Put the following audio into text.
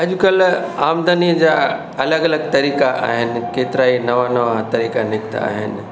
अॼुकल्ह आमदनीअ जा अलॻि अलॻि तरीका आहिनि केतिरा ई नवां नवां तरीका निकिता आहिनि